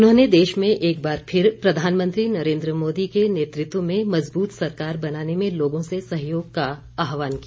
उन्होंने देश में एक बार फिर प्रधानमंत्री नरेन्द्र मोदी के नेतृत्व में मजबूत सरकार बनाने में लोगों से सहयोग का आहवान किया